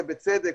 ובצדק,